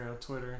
Twitter